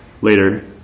later